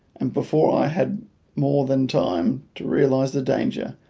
and before i had more than time to realise the danger,